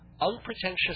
unpretentious